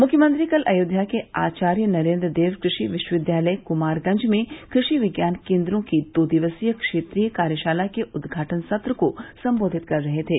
मुख्यमंत्री कल अयोध्या के आचार्य नरेन्द्र देव कृषि विश्वविद्यालय कुमारगंज में कृषि विज्ञान केन्द्रों की दो दिक्सीय क्षेत्रीय कार्यशाला के उद्घाटन सत्र को संबोधित कर रहे थे